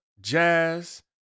jazz